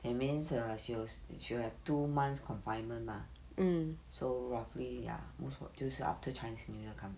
that means err she will have two months confinement mah so roughly ya most 就是 after chinese new year come back